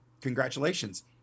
congratulations